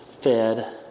fed